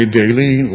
daily